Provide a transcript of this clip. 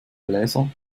bläser